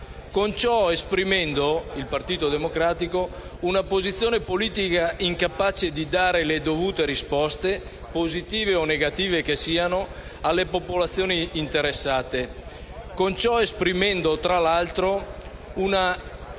con ciò esprimendo una posizione politica incapace di dare le dovute risposte, positive o negative che siano, alle popolazioni interessate; con ciò esprimendo, tra l'altro, una